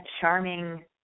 charming